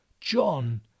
John